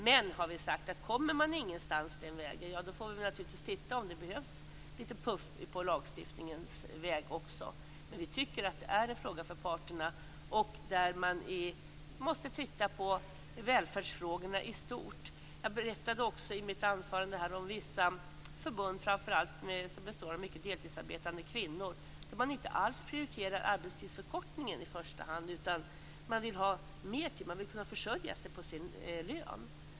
Men, har vi sagt, kommer man ingenstans den vägen får vi naturligtvis titta på om det behövs en liten puff också på lagstiftningens väg. Vi tycker alltså att detta är en fråga för parterna och att man måste titta på välfärdsfrågorna i stort. Jag berättade i mitt anförande om vissa förbund, framför allt förbund som består av många deltidsarbetande kvinnor, där man inte alls i första hand prioriterar en arbetstidsförkortning. I stället vill man gå upp i tid; man vill kunna försörja sig på sin lön.